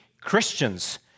Christians